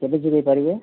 କେବେ ଯୋଗାଇ ପାରିବେ